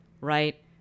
right